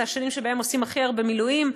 אלה השנים שבהן עושים הכי הרבה מילואים,